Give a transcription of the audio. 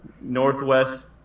Northwest